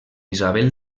isabel